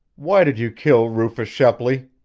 why did you kill rufus shepley?